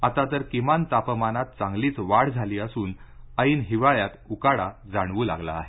आता तर किमान तापमानात चांगलीच वाढ झाली असून ऐन हिवाळ्यात उकाडा जाणवू लागला आहे